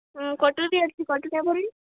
ହଁ କଟୁରୀ ଅଛି କଟୁରୀ ନେବ କି